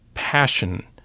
Passion